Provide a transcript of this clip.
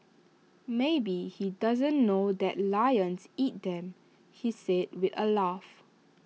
maybe he doesn't know that lions eat them he said with A laugh